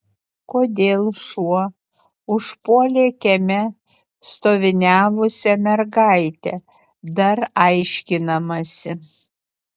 kodėl šuo užpuolė kieme stoviniavusią mergaitę dar aiškinamasi